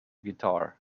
guitar